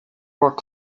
were